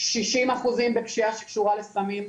שישים אחוזים בפשיעה שקשורה לסמים.